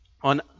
on